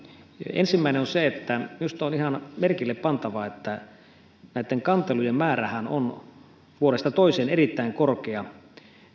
ensimmäinen on se että minusta on ihan merkille pantavaa että näitten kantelujen määrähän on vuodesta toiseen erittäin korkea